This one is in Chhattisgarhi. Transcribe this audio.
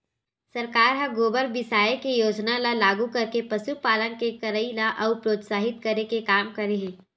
सरकार ह गोबर बिसाये के योजना ल लागू करके पसुपालन के करई ल अउ प्रोत्साहित करे के काम करे हे